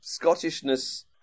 Scottishness